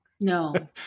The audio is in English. No